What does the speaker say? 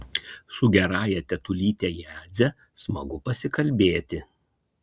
su gerąja tetulyte jadze smagu pasikalbėti